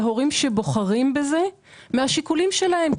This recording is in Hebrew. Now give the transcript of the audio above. להורים שבוחרים בזה מהשיקולים שלהם.